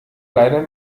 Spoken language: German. leider